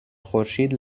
خورشید